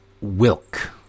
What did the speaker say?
Wilk